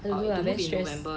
and we are very stressed